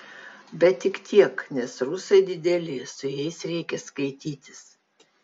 bet tik tiek nes rusai dideli su jais reikia skaitytis